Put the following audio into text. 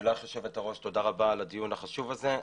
ולך יושבת הראש, תודה על הדיון החשוב הזה.